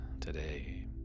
today